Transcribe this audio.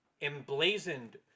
emblazoned